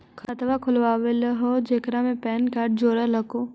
खातवा खोलवैलहो हे जेकरा मे पैन कार्ड जोड़ल हको?